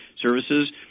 services